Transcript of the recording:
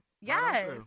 Yes